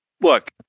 Look